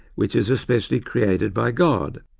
which is specially created by god,